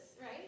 right